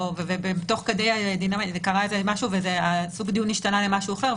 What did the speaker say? ותוך כדי סוג הדיון השתנה למשהו אחר.